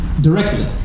directly